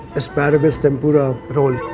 asparagus tempura roll.